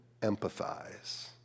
empathize